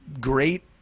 great